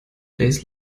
days